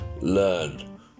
Learn